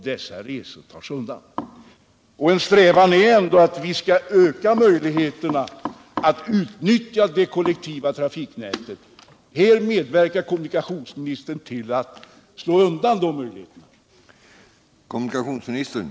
Det är ändå en strävan att öka möjligheterna att utnyttja det kollektiva trafiknätet. Tyvärr medverkar kommunikationsministern här till att minska förutsättningarna för en sådan utveckling.